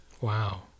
Wow